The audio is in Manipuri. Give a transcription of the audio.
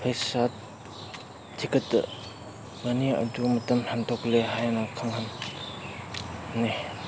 ꯄꯩꯁꯥ ꯊꯤꯒꯠꯇꯕꯅꯤ ꯑꯗꯨ ꯃꯇꯝ ꯍꯦꯟꯗꯣꯛꯂꯦ ꯍꯥꯏꯅ ꯈꯪꯍꯟꯕꯅꯤ